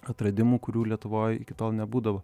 atradimų kurių lietuvoj iki tol nebūdavo